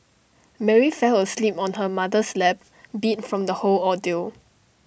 Mary fell asleep on her mother's lap beat from the whole ordeal